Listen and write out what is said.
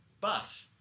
bus